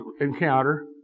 encounter